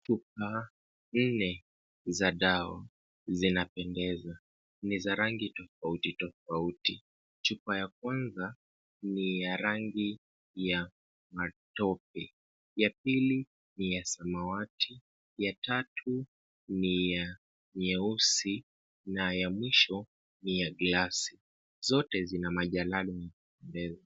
Chupa nne za dawa zinapendeza. Ni za rangi tofauti tofauti. Chupa ya kwanza ni ya rangi ya matope, ya pili ni ya samawati, ya tatu ni ya nyeusi na ya mwisho ni ya glasi. Zote zina majalali za kupendeza.